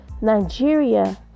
Nigeria